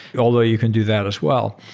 although you can do that as well.